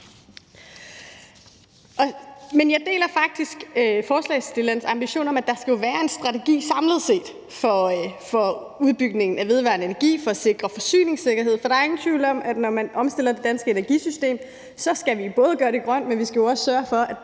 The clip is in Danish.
Jeg deler faktisk forslagsstillernes ambition om, at der skal være en strategi samlet set for udbygningen af vedvarende energi for at sikre forsyningssikkerhed, for der er ingen tvivl om, at når man omstiller det danske energisystem, skal vi både gøre det grønt, men vi skal også sørge for, at